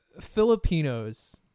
Filipinos